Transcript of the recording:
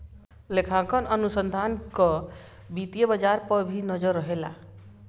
लेखांकन अनुसंधान कअ वित्तीय बाजार पअ भी नजर रहेला